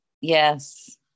Yes